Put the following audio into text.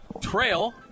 trail